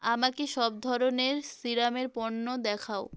আমাকে সব ধরনের সিরামের পণ্য দেখাও